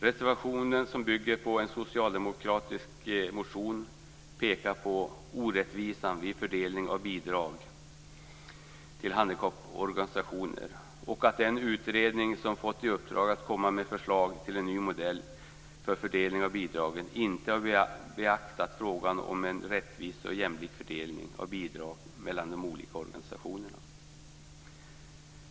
Reservationen som bygger på en socialdemokratisk motion pekar på orättvisan vid fördelning av bidrag till handikapporganisationer och på att den utredning som fått i uppdrag att komma med förslag till en ny modell för fördelning av bidragen inte har beaktat frågan om en rättvis och jämlik fördelning av bidrag mellan de olika organisationerna.